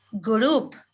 group